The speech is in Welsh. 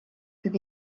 fydd